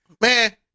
Man